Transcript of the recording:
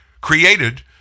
created